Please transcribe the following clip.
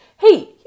Hey